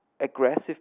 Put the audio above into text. aggressive